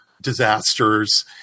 disasters